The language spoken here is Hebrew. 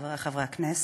חברי חברי הכנסת,